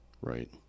right